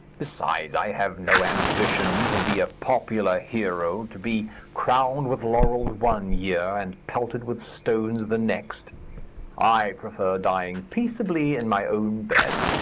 besides, i have no ambition to be a popular hero, to be crowned with laurels one year and pelted with stones the next i prefer dying peaceably in my own bed.